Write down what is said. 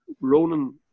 Ronan